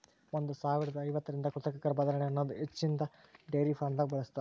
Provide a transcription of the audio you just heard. ಒಂದ್ ಸಾವಿರದಾ ಐವತ್ತರಿಂದ ಕೃತಕ ಗರ್ಭಧಾರಣೆ ಅನದ್ ಹಚ್ಚಿನ್ದ ಡೈರಿ ಫಾರ್ಮ್ದಾಗ್ ಬಳ್ಸತಾರ್